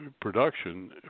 production